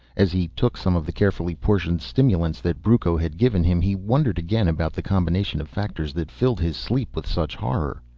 as he took some of the carefully portioned stimulants that brucco had given him, he wondered again about the combination of factors that filled his sleep with such horror.